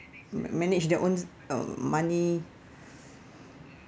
ma~ manage their own um money